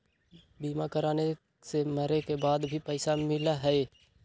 बीमा कराने से मरे के बाद भी पईसा मिलहई?